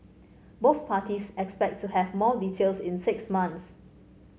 both parties expect to have more details in six months